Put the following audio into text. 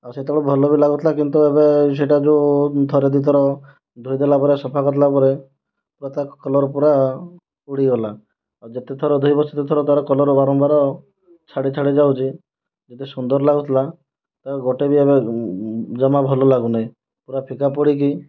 ଆଉ ସେତେବେଳୁ ଭଲ ବି ଲାଗୁଥିଲା କିନ୍ତୁ ଏବେ ସେଇଟା ଯେଉଁ ଥରେ ଦୁଇଥର ଧୋଇ ଦେଲା ପରେ ସଫା କରିଦେଲା ପୁରା ତା କଲର୍ ପୁରା ଉଡ଼ିଗଲା ଆଉ ଯେତେଥର ଧୋଇବ ସେତେଥର ତାର କଲର ବାରମ୍ବାର ଛାଡ଼ି ଛାଡ଼ି ଯାଉଛି ଯେତେ ସୁନ୍ଦର ଲାଗୁଥିଲା ତା'ପରେ ଗୋଟିଏ ବି ଏବେ ଯମା ଭଲ ଲାଗୁନାହିଁ ପୁରା ଫିକା ପଡ଼ିକି